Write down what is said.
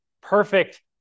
perfect